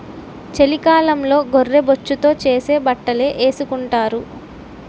చలికాలంలో గొర్రె బొచ్చుతో చేసే బట్టలే ఏసుకొంటారు